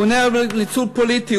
הוא עונה על ניצול פוליטי,